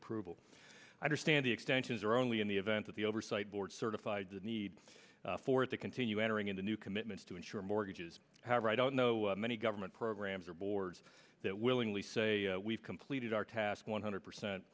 approval i understand the extensions are only in the event that the oversight board certified the need for it to continue entering into new commitments to insure mortgages however i don't know many government programs or boards that willingly say we've completed our task one hundred percent